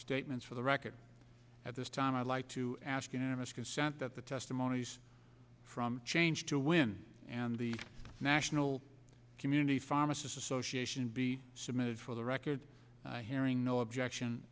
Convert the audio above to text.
statements for the record at this time i'd like to ask unanimous consent that the testimonies from change to win and the national community pharmacist association be submitted for the record hearing no objection